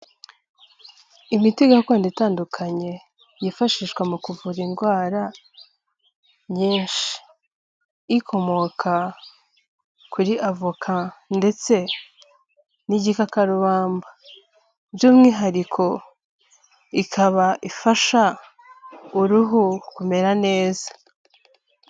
Imiti gakondo itandukanye; yifashishwa mu kuvura indwara nyinshi ikomoka kuri avoka ndetse n'igikakarubamba, by'umwihariko ikaba ifasha uruhu kumera neza.